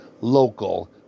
local